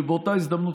ובאותה הזדמנות,